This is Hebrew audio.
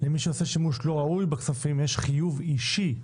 למי שעושה שימוש לא ראוי בכספים יש חיוב אישי,